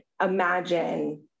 imagine